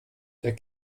der